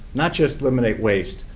not just eliminate waste,